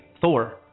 Thor